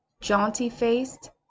jaunty-faced